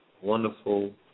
wonderful